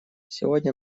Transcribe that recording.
сегодня